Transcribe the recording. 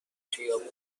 خیابون